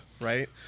Right